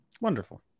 Wonderful